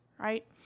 right